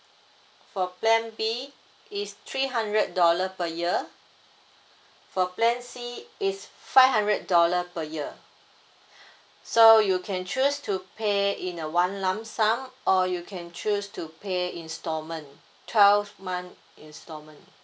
for plan B is three hundred dollar per year for plan C is five hundred dollar per year so you can choose to pay in a one lump sum or you can choose to pay installment twelve month installment